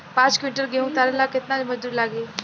पांच किविंटल गेहूं उतारे ला केतना मजदूर लागी?